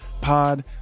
pod